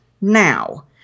now